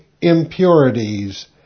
impurities